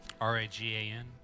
R-A-G-A-N